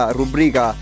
rubrica